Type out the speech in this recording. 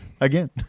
Again